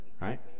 right